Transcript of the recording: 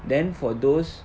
then for those